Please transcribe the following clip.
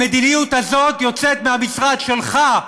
המדיניות הזאת יוצאת מהמשרד שלך,